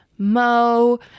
Mo